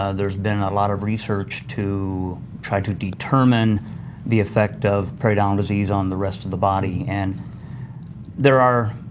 ah there's been a lot of research to try to determine the effect of periodontal disease on the rest of the body and there are